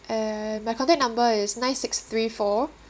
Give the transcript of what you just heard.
and my contact number is nine six three four